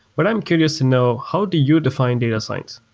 but i'm curious to know how do you define data science.